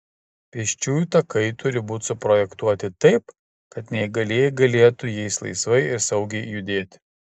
pėsčiųjų takai turi būti suprojektuoti taip kad neįgalieji galėtų jais laisvai ir saugiai judėti